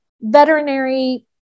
veterinary